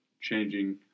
changing